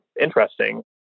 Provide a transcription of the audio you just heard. interesting